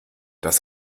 das